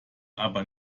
aber